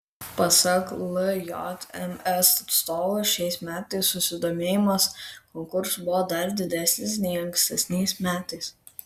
pasak ljms atstovų šiais metais susidomėjimas konkursu buvo dar didesnis nei ankstesniais metais